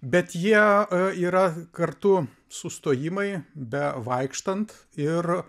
bet jie yra kartu sustojimai be vaikštant ir